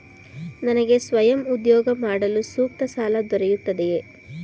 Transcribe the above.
ನನಗೆ ಸ್ವಯಂ ಉದ್ಯೋಗ ಮಾಡಲು ಸೂಕ್ತ ಸಾಲ ದೊರೆಯುತ್ತದೆಯೇ?